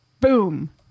boom